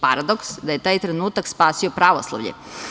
Paradoks je da je taj trenutak spasio pravoslavlje.